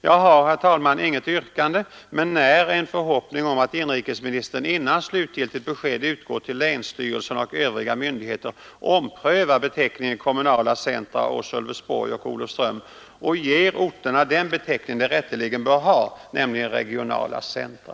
Jag har, herr talman, inget yrkande men när en förhoppning om att inrikesministern, innan slutgiltigt besked utgår till länsstyrelsen och övriga myndigheter, omprövar beteckningen kommunala centra för Sölvesborg och Olofström och ger orterna den beteckning de rätteligen bör ha, nämligen regionala centra.